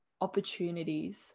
opportunities